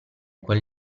quel